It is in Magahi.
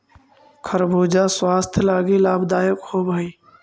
खरबूजा स्वास्थ्य लागी लाभदायक होब हई